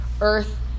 earth